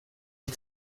ich